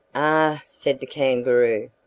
ah! said the kangaroo,